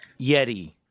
Yeti